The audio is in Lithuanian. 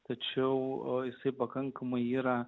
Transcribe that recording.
tačiau o jisai pakankamai yra